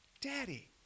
daddy